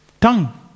tongue